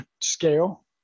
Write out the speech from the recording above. scale